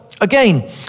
Again